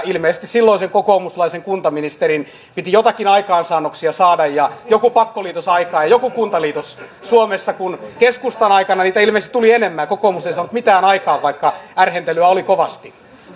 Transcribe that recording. ilmeisesti silloisen kokoomuslaisen kuntaministerin piti jotakin aikaansaannoksia ja joku pakkoliitos saada aikaan ja joku kuntaliitos suomessa kun keskustan aikana niitä ilmeisesti tuli enemmän ja kokoomus ei saanut mitään aikaan vaikka ärhentelyä oli kovasti